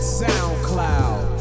soundcloud